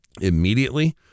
immediately